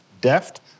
deft